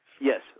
yes